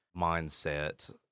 mindset